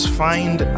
find